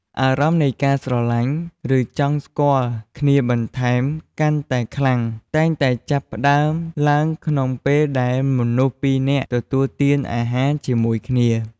អារម្មណ៍នៃការស្រឡាញ់ ឬចង់ស្គាល់គ្នាបន្ថែមកាន់តែខ្លាំង តែងតែចាប់ផ្តើមឡើងក្នុងពេលដែលមនុស្សពីនាក់ទទួលទានអាហារជាមួយគ្នា។